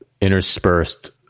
interspersed